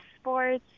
sports